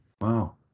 Wow